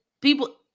people